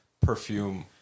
perfume